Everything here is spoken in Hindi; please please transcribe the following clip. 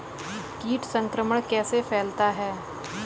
कीट संक्रमण कैसे फैलता है?